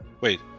Wait